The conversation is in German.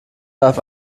warf